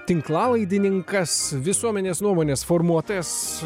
tinklalaidininkas visuomenės nuomonės formuotojas